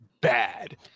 bad